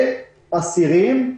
ו-749 אסירים.